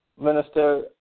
minister